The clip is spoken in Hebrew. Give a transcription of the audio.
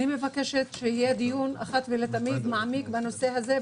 אני מבקשת שיהיה דיון מעמיק אחת ולתמיד בנושא הזה,